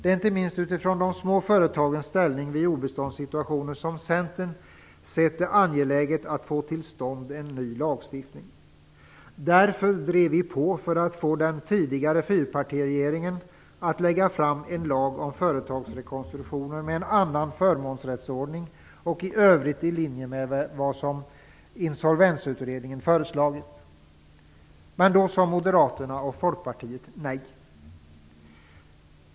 Det är inte minst utifrån de små företagens ställning vid obeståndssituationer som Centern sett det angeläget att få till stånd en ny lagstiftning. Därför drev vi på för att få den tidigare fyrpartiregeringen att lägga fram en lag om företagsrekonstruktioner med en annan förmånsrättsordning som i övrigt var i linje med det som Insolvensutredningen hade föreslagit. Men då sade Moderaterna och Folkpartiet nej.